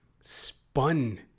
spun